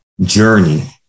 journey